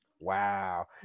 Wow